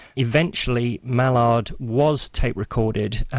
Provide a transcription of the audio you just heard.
eventually mallard was tape-recorded,